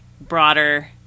broader